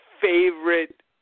favorite